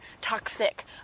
toxic